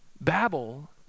Babel